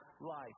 life